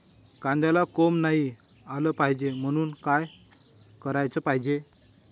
कांद्याला कोंब नाई आलं पायजे म्हनून का कराच पायजे?